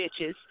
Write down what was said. bitches